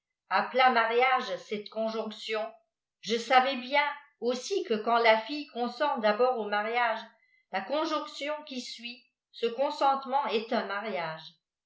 appelât mariage cette conjonction je savais bien aussi que quand la fille consmt d'abord au mariage la conjonction qui suit ce consentement est un mariage